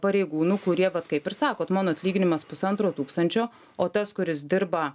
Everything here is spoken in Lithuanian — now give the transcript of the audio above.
pareigūnų kurie vat kaip ir sakot mano atlyginimas pusantro tūkstančio o tas kuris dirba